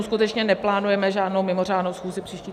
Skutečně neplánujeme žádnou mimořádnou schůzi příští týden.